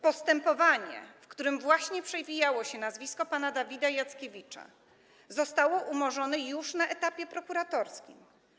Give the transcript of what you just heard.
Postępowanie, w którym przewijało się nazwisko pana Dawida Jackiewicza, zostało umorzone już na etapie prokuratorskim.